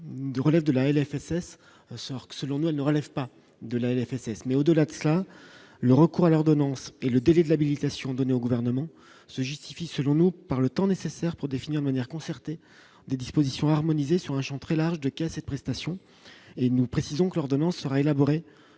de relève de la elle FSS alors que, selon nous, ne relève pas de la FSS mais au-delà de ça, le recours à l'ordonnance et le délai de l'habilitation donnée au gouvernement se justifient, selon nous, par le temps nécessaire pour définir manière concertée des dispositions harmoniser sur un Champ très large de prestations et nous précisons que l'ordonnance sera élaboré